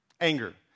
Anger